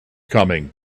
coming